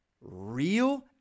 real